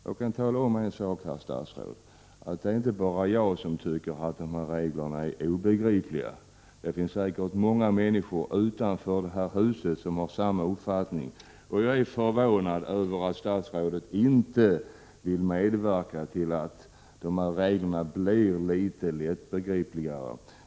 Jag kan tala om en sak, herr statsråd: Det är inte bara jag som tycker att reglerna är obegripliga. Det finns säkert många människor utanför det här huset som har samma uppfattning. Jag är förvånad över att statsrådet inte vill medverka till att reglerna blir litet lättbegripligare.